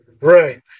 Right